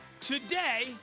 Today